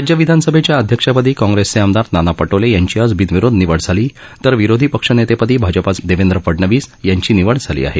राज्य विधानसभेच्या अध्यक्षपदी काँग्रेसचे आमदार नाना पटोले यांची आज बिनविरोध निवड झाली तर विरोधी पक्षनेतेपदी भाजपाचे देवेंद्र फडणवीस यांची निवड झाली आहे